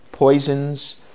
poisons